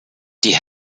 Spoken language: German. die